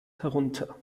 herunter